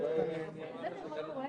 אנחנו מבקשים מהוועדה,